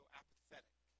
apathetic